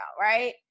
right